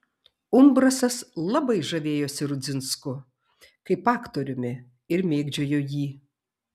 umbrasas labai žavėjosi rudzinsku kaip aktoriumi ir mėgdžiojo jį